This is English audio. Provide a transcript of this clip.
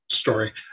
story